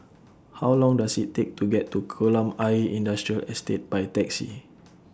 How Long Does IT Take to get to Kolam Ayer Industrial Estate By Taxi